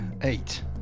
Eight